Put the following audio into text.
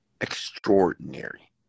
Extraordinary